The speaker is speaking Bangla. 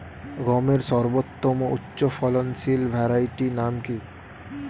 গমের সর্বোত্তম উচ্চফলনশীল ভ্যারাইটি নাম কি?